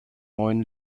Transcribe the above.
neuen